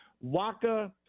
Waka